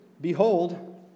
behold